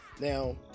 Now